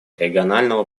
регионального